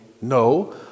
no